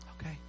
Okay